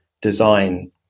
design